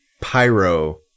Pyro